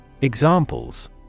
Examples